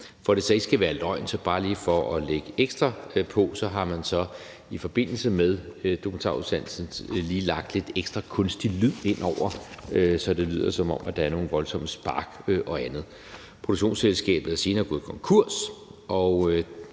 For at det så ikke skal være løgn, har man, bare lige for at lægge ekstra på, i forbindelse med dokumentarudsendelsen lige lagt lidt ekstra kunstig lyd ind over, så det lyder, som om der er nogle voldsomme spark og andet. Produktionsselskabet er senere gået konkurs,